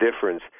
difference